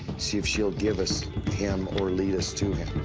see if she'll give us him or lead us to him.